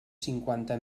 cinquanta